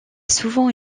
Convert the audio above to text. souvent